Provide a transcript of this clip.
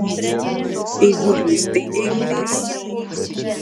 eigulys tai eigulys